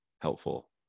helpful